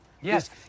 Yes